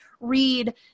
read